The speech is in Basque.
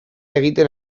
egiten